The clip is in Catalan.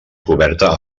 coberta